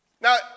Now